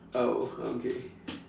oh okay